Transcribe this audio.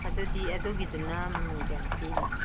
ꯑꯗꯨꯗꯤ ꯑꯗꯨꯒꯤꯗꯨꯅ ꯃꯃꯟ ꯀꯌꯥ ꯄꯤꯔꯤꯅꯣ